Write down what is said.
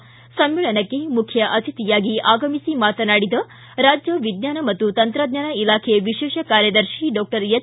ಸಮ್ನೇಳನಕ್ಕೆ ಮುಖ್ಯ ಅತಿಥಿಯಾಗಿ ಆಗಮಿಸಿ ಮಾತನಾಡಿ ರಾದ್ದ ವಿಜ್ಞಾನ ಮತ್ತು ತಂತ್ರಜ್ಞಾನ ಇಲಾಖೆ ವಿಶೇಷ ಕಾರ್ಯದರ್ಶಿ ಡಾಕ್ಟರ್ ಎಚ್